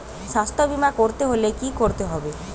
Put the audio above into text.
স্বাস্থ্যবীমা করতে হলে কি করতে হবে?